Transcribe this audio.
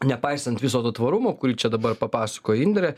nepaisant viso to tvarumo kurį čia dabar papasakojo indrė